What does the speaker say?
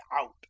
out